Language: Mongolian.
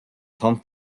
том